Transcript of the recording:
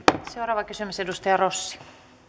seuraava kysymys edustaja rossi